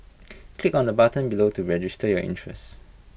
click on the button below to register your interest